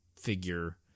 figure